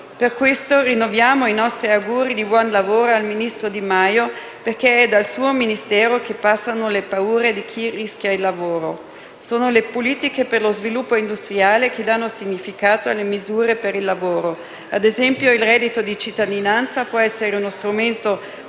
Per questo rinnoviamo i nostri auguri di buon lavoro al ministro Di Maio, perché è dal suo Ministero che passano le paure di chi rischia il lavoro. Sono le politiche per lo sviluppo industriale che danno significato alle misure per il lavoro. Ad esempio, il reddito di cittadinanza può essere uno strumento